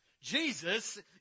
Jesus